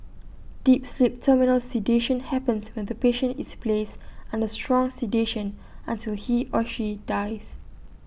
deep sleep terminal sedation happens when the patient is placed under strong sedation until he or she dies